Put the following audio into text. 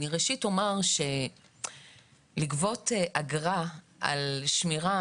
ראשית אני אומר שגביית אגרה על שמירה,